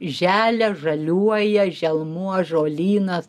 želia žaliuoja želmuo žolynas